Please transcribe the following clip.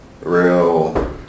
Real